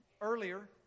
earlier